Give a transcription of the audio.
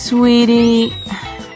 Sweetie